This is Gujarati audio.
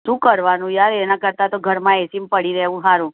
શું કરવાનું યાર એનાં કરતાં તો ઘરમાં એસીમાં પડી રહેવું સારું